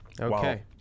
Okay